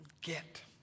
get